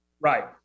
Right